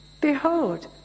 Behold